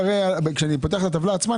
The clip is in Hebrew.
כשאני פותח את הטבלה עצמה,